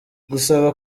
gusaba